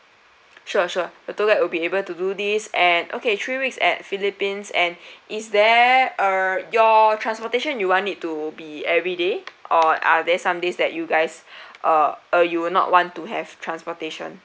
sure sure the tour guide would be able to do this at okay three weeks at philippines and is there uh your transportation you want it to be everyday or are there some days that you guys uh uh you will not want to have transportation